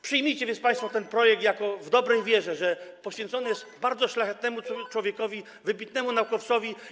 Przyjmijcie więc państwo ten projekt w dobrej wierze, że poświęcony jest bardzo szlachetnemu człowiekowi, wybitnemu naukowcowi.